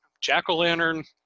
jack-o'-lantern